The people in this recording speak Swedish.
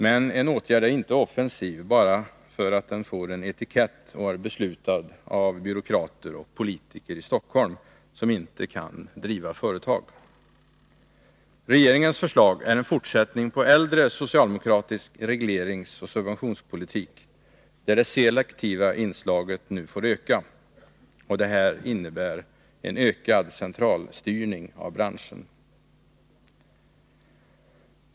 Men en åtgärd är inte offensiv därför att den får en sådan etikett och är beslutad av byråkrater och politiker i Stockholm som inte kan driva företag. Regeringens förslag är en fortsättning på äldre socialdemokratisk regleringsoch subventionspolitik, där det selektiva inslaget nu får öka. Det innebär en ökad centralstyrning av branschen.